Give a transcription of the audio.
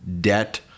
debt